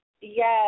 Yes